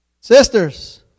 Sisters